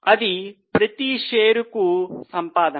అది ప్రతి షేరుకు సంపాదన